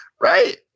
Right